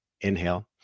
Inhale